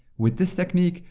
with this technique,